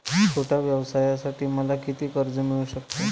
छोट्या व्यवसायासाठी मला किती कर्ज मिळू शकते?